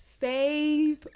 save